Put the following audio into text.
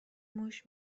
موش